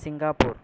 Singapore